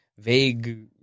vague